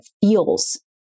feels